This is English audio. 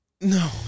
No